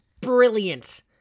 brilliant